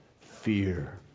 fear